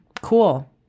Cool